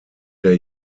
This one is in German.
der